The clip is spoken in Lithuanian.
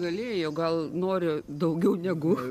galėjai o gal nori daugiau negu